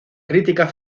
crítica